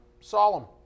solemn